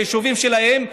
מהיישובים שלהם,